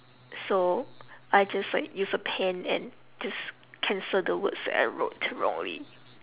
so I just like use a pen and just cancel the words that I wrote wrongly